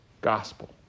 Gospel